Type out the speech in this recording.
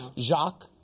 Jacques